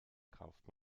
kauft